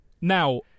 Now